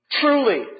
Truly